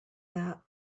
that